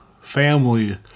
family